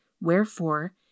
wherefore